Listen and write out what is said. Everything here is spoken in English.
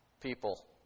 people